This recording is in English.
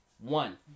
One